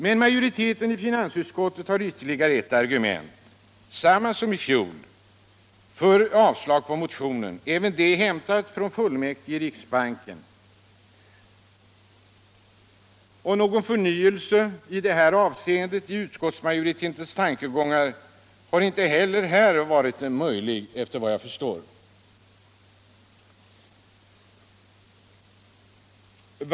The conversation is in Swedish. Men majoriteten i finansutskottet har ytterligare ett argument — samma som i fjol — för avslag på motionen, även det hämtat från fullmäktige i riksbanken. Någon förnyelse i det här avseendet i utskottsmajoritetens tankegångar har såvitt jag förstår inte heller här varit möjlig.